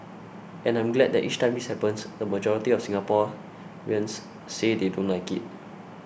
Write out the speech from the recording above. and I'm glad that each time this happens the majority of Singaporeans say they don't like it